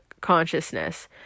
consciousness